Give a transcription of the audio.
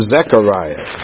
Zechariah